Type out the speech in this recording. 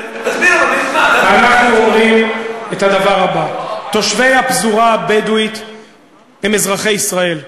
אנחנו אומרים את הדבר הבא: תושבי הפזורה הבדואית הם אזרחי ישראל.